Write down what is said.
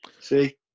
See